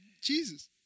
Jesus